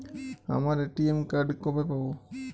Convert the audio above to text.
আমার ATM card কবে পাব?